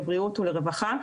לבריאות ולרווחה,